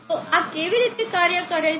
તો આ કેવી રીતે કાર્ય કરે છે